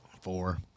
four